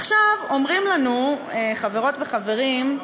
עכשיו אומרים לנו, חברות וחברים,